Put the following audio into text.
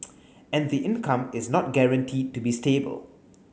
and the income is not guaranteed to be stable